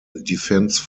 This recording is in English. defense